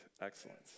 excellence